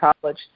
College